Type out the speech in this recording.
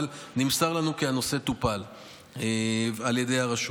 אבל נמסר לנו כי הנושא טופל על ידי הרשות.